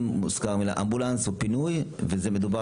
מוזכרת המילה אמבולנס או פינוי וזה מדובר